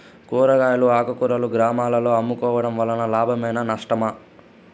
కూరగాయలు ఆకుకూరలు గ్రామాలలో అమ్ముకోవడం వలన లాభమేనా నష్టమా?